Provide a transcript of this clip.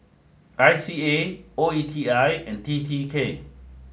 I C A O E T I and T T K